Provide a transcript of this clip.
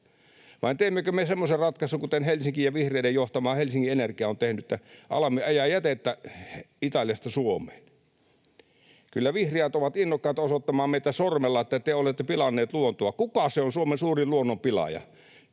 Vai teemmekö me semmoisen ratkaisun kuten Helsinki ja vihreiden johtama Helsingin Energia on tehnyt, että alamme ajaa jätettä Italiasta Suomeen? Kyllä vihreät ovat innokkaita osoittamaan meitä sormella, että te olette pilanneet luontoa. Kuka se on Suomen suurin luonnon pilaaja?